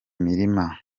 imirima